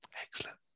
Excellent